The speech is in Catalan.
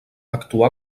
actuà